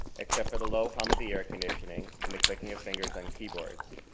except for the low hum of the air-conditioning and the clicking of fingers on keyboards,